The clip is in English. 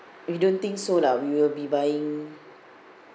we don't think so lah we will be buying